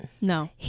No